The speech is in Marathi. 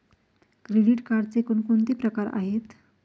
क्रेडिट कार्डचे कोणकोणते प्रकार आहेत?